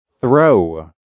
throw